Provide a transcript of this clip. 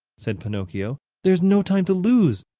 said pinocchio, there is no time to lose.